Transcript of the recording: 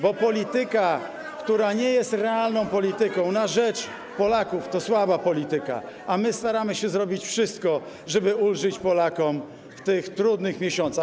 Bo polityka, która nie jest realną polityką na rzecz Polaków, to słaba polityka, a my staramy się zrobić wszystko, żeby ulżyć Polakom w tych trudnych miesiącach.